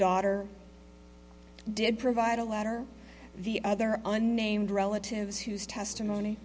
daughter did provide a letter the other unnamed relatives whose testimony